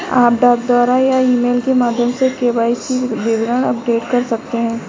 आप डाक द्वारा या ईमेल के माध्यम से के.वाई.सी विवरण अपडेट कर सकते हैं